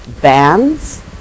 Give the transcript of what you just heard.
bands